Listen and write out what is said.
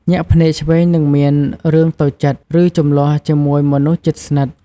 ញាក់ភ្នែកឆ្វេង នឹងមានរឿងតូចចិត្ត ឬជម្លោះជាមួយមនុស្សជិតស្និទ្ធ។